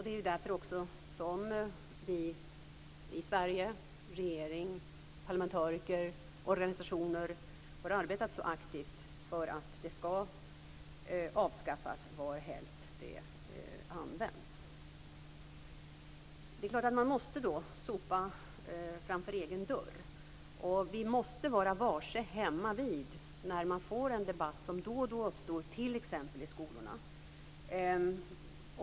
Det är också därför vi i Sverige - regering, parlamentariker och organisationer - har arbetat så aktivt för att det skall avskaffas varhelst det används. Naturligtvis måste man då sopa framför egen dörr. Vi måste vara varse hemmavid när vi får den debatt som då och då uppstår t.ex. i skolorna.